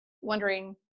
wondering